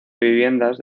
viviendas